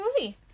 movie